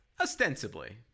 ostensibly